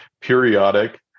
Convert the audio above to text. periodic